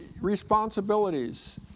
responsibilities